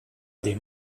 dem